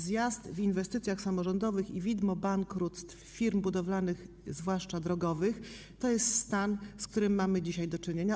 Zjazd w inwestycjach samorządowych i widmo bankructw firm budowlanych, zwłaszcza drogowych, to stan, z którym mamy dzisiaj do czynienia.